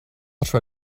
try